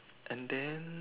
and then